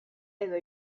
edo